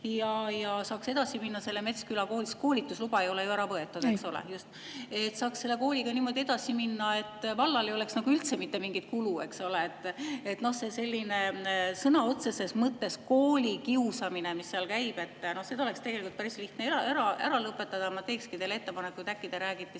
ja saaks edasi minna selle Metsküla kooliga. Koolitusluba ei ole ju ära võetud, eks ole? (Kristina Kallas: "Ei.") Just. Siis saaks selle kooliga niimoodi edasi minna, et vallal ei oleks üldse mitte mingit kulu, eks ole. See selline sõna otseses mõttes kooli kiusamine, mis seal käib, seda oleks tegelikult päris lihtne ära lõpetada. Ma teekski teile ettepaneku, et äkki te räägite